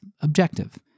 objective